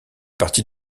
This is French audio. partie